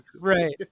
Right